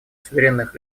суверенных